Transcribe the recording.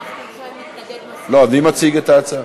ההצעה?